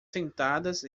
sentadas